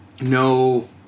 no